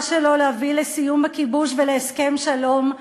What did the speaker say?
שלו להביא לסיום הכיבוש ולהסכם שלום,